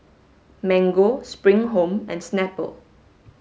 Mango Spring Home and Snapple